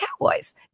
Cowboys